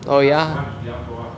oh yeah